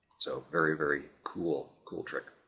so very, very cool, cool trick.